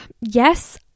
yes